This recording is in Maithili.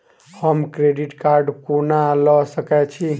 हम क्रेडिट कार्ड कोना लऽ सकै छी?